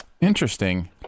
Interesting